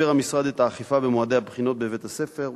המשרד תגבר את האכיפה במועדי הבחינות בבית-הספר,